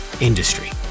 industry